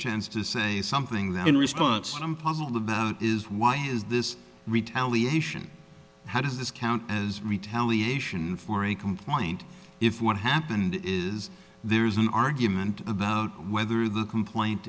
chance to say something that in response i'm puzzled about is why is this retaliation how does this count as retaliation for a complaint if what happened is there is an argument about whether the complaint